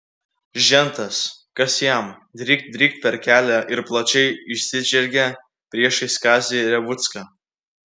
žentas kas jam drykt drykt per kelią ir plačiai išsižergė priešais kazį revucką